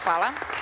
Hvala.